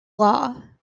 law